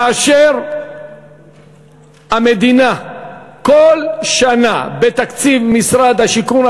כאשר המדינה כל שנה בתקציב משרד השיכון,